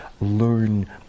Learn